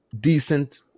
decent